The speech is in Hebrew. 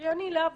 כי להבדיל,